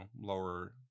lower